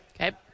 Okay